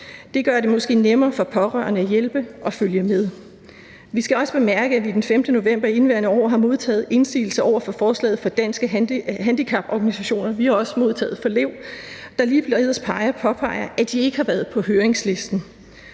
Det gør det måske nemmere for pårørende at hjælpe og følge med. Vi skal også bemærke, at vi den 5. november i indeværende år har modtaget indsigelse over for forslaget fra Danske Handicaporganisationer. Vi har også modtaget fra Lev, der er ligeledes påpeger, at de ikke har været på høringslisten.